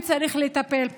וצריך לטפל בו.